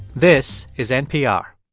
this is npr